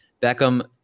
Beckham